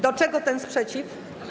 Do czego ten sprzeciw?